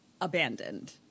abandoned